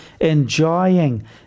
enjoying